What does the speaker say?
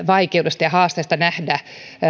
vaikeudesta ja haasteesta nähdä